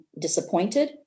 disappointed